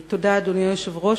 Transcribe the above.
תודה, אדוני היושב-ראש.